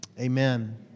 Amen